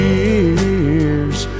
years